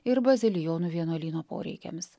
ir bazilijonų vienuolyno poreikiams